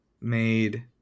made